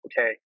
Okay